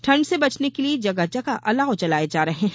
ठण्ड से बचने के लिए जगह जगह अलाव जलाये जा रहे है